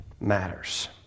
matters